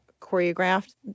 choreographed